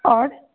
और